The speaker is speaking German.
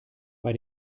bei